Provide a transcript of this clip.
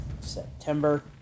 September